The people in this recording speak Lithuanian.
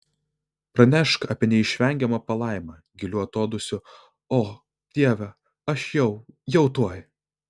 pranešk apie neišvengiamą palaimą giliu atodūsiu o dieve aš jau jau tuoj